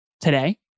today